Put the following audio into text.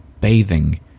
bathing